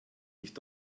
nicht